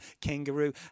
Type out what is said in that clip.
kangaroo